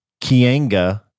kianga